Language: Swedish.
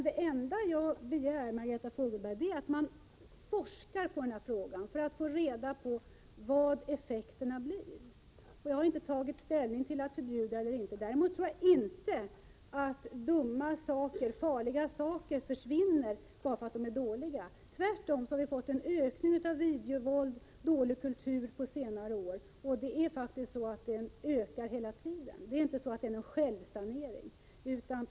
Det enda jag begär, Margareta Fogelberg, är att man forskar i denna fråga för att få reda på vilka effekterna blir. Jag har inte tagit ställning till att förbjuda eller inte förbjuda. Däremot tror jag inte att dumma och farliga saker försvinner bara för att de är dåliga. Vi har tvärtom fått en ökning av videovåld och dålig kultur på senare år. Detta ökar hela tiden, det är inte någon självsanering.